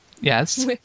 Yes